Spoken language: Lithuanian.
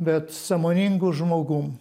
bet sąmoningu žmogum